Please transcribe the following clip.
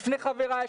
לפני חבריי,